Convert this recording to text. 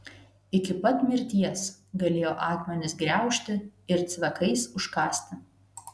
iki pat mirties galėjo akmenis griaužti ir cvekais užkąsti